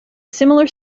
similar